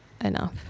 enough